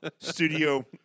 studio